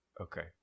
Okay